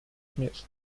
śmierci